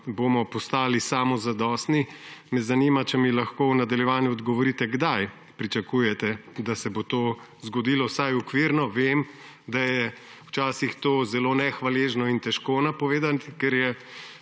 bomo postali samozadostni, me zanima, če mi lahko v nadaljevanju odgovorite: Kdaj pričakujete, da se bo to zgodilo, vsaj okvirno? Vem, da je včasih to zelo nehvaležno in težko napovedati, ker je